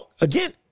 again